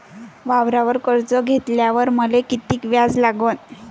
वावरावर कर्ज घेतल्यावर मले कितीक व्याज लागन?